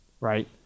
right